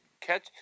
Catch